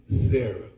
Sarah